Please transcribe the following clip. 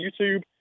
YouTube